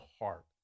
heart